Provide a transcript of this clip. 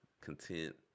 content